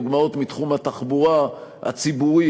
דוגמאות מתחום התחבורה הציבורית.